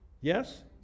Yes